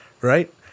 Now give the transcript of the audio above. right